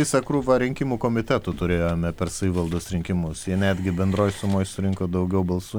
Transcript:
visą krūvą rinkimų komitetų turėjome per savivaldos rinkimus jie netgi bendroj sumoj surinko daugiau balsų